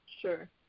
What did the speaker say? Sure